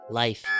life